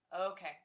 Okay